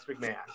McMahon